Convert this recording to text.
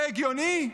זה הגיוני?